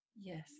Yes